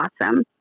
awesome